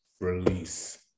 release